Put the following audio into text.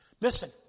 Listen